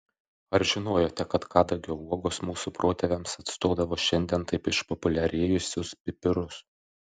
ar žinojote kad kadagio uogos mūsų protėviams atstodavo šiandien taip išpopuliarėjusius pipirus